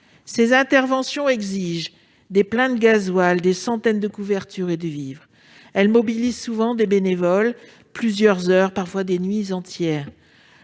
Ces interventions exigent des pleins de gasoil, des centaines de couvertures et des vivres. Elles mobilisent souvent les bénévoles plusieurs heures, parfois des nuits entières.